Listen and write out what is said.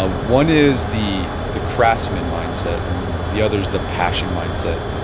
ah one is the the craftsman mindset and the other is the passion mindset.